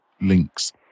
links